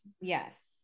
Yes